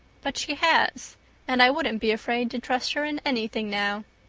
but she has and i wouldn't be afraid to trust her in anything now.